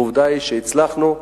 ועובדה היא שהצלחנו.